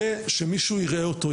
ושמישהו יראה אותו,